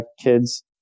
kids